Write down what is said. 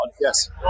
Yes